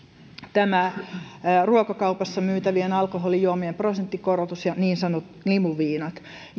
ruokakaupassa myytävien alkoholijuomien prosenttikorotus ja niin sanotut limuviinat